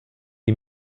die